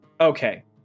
Okay